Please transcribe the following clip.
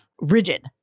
rigid